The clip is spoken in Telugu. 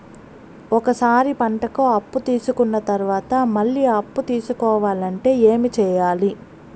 ఒక సారి పంటకి అప్పు తీసుకున్న తర్వాత మళ్ళీ అప్పు తీసుకోవాలంటే ఏమి చేయాలి?